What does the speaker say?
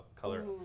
color